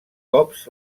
cops